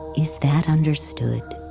is that understood,